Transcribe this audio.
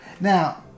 Now